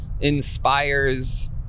inspires